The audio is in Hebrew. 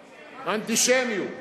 אנטישמיות.